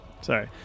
sorry